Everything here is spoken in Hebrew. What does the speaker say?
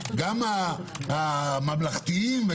גם הממלכתיים,